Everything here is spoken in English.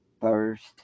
first